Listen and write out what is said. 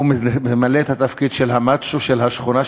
הוא ממלא את התפקיד של המאצ'ו של השכונה,